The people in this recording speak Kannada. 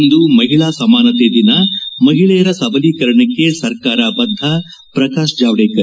ಇಂದು ಮಹಿಳಾ ಸಮಾನತೆ ದಿನ ಮಹಿಳೆಯರ ಸಬಲೀಕರಣಕ್ಕೆ ಸರ್ಕಾರ ಬದ್ದ ಪ್ರಕಾಶ್ ಜಾವಡೇಕರ್